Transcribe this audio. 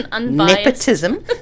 nepotism